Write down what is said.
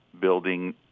building